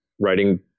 writing